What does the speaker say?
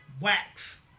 wax